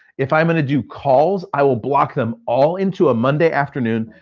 if i'm gonna do calls, i will block them all into a monday afternoon,